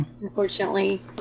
unfortunately